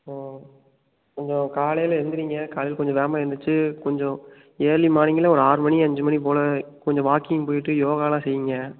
ம் கொஞ்சம் காலையில் எழுந்திரிங்க காலையில் கொஞ்சம் வேகமாக எழுந்திரிச்சி கொஞ்சம் இயர்லி மார்னிங்கில் ஒரு ஆறு மணி அஞ்சு மணி போல் கொஞ்சம் வாக்கிங் போய்விட்டு யோகாயெலாம் செய்யுங்க